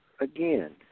Again